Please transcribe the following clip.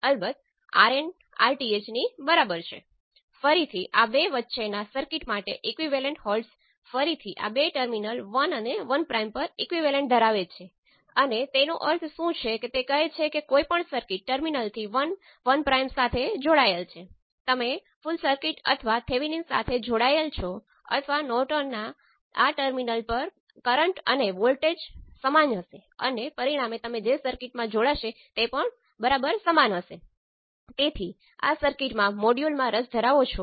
open circuit port number 1 એટલે કે તમે પોર્ટ 1 સાથે કંઈપણ જોડતા નથી તમે I2 ને પોર્ટ 2 સાથે જોડો છો અને V2 અને V1 બંનેને માપો છો